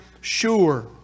Sure